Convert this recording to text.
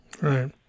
Right